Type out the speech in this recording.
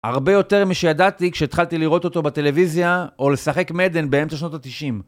הרבה יותר משידעתי כשתחלתי לראות אותו בטלוויזיה או לשחק מדן באמת השנות התשעים.